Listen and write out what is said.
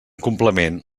complement